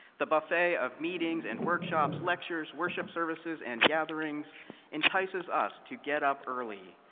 the buffet of meetings and workshops, lectures, worship services, and gatherings entice us us to get up early,